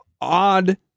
odd